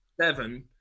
seven